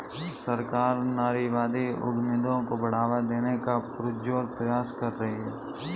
सरकार नारीवादी उद्यमियों को बढ़ावा देने का पुरजोर प्रयास कर रही है